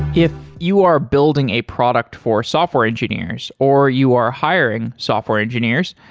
if you are building a product for software engineers, or you are hiring software engineers,